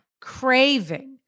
Craving